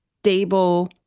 stable